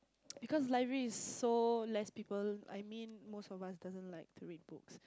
because library is so less people I mean most of us doesn't like to read books